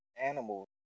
animals